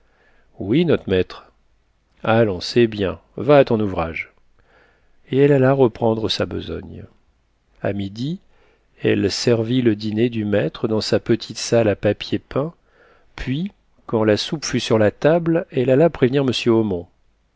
oui not maître allons c'est bien va à ton ouvrage et elle alla reprendre sa besogne a midi elle servit le dîner du maître dans sa petite salle à papier peint puis quand la soupe fut sur la table elle alla prévenir m omont